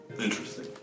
Interesting